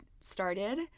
started